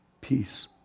peace